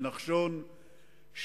נחשון,